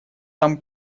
там